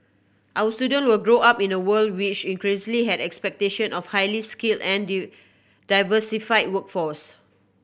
our students will grow up in a world which increasingly has expectation of highly skilled and diversified workforce